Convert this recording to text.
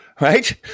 Right